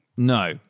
No